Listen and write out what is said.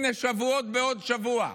הינה, שבועות בעוד שבוע.